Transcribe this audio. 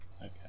Okay